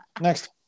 Next